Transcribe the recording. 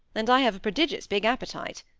and i have a prodigious big appetite.